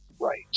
right